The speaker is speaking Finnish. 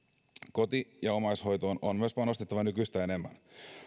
koti ja omaishoitoon on myös panostettava nykyistä enemmän